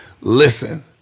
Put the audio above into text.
Listen